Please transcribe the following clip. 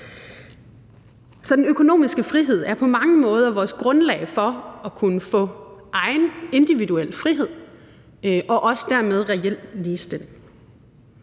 Så den økonomiske frihed er på mange måder vores grundlag for at kunne få egen individuel frihed og også dermed reel ligestilling.